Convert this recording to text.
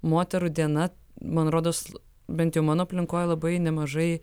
moterų diena man rodos bent jau mano aplinkoj labai nemažai